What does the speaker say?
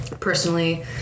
personally